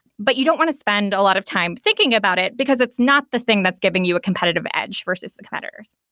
but you don't want to spend a lot of time thinking about it, because it's not the thing that's giving you a competitive edge versus the competitors.